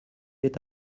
est